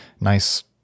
nice